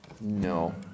No